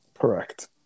Correct